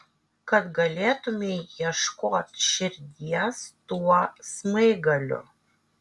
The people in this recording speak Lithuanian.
kad galėtumei ieškot širdies tuo smaigaliu